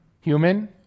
Human